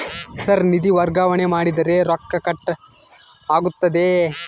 Sir ನಿಧಿ ವರ್ಗಾವಣೆ ಮಾಡಿದರೆ ರೊಕ್ಕ ಕಟ್ ಆಗುತ್ತದೆಯೆ?